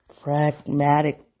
pragmatic